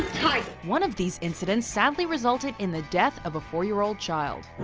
one of these incidents, sadly resulted in the death of a four-year-old child.